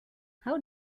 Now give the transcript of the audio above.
how